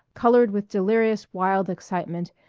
colored with delirious wild excitement,